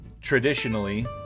traditionally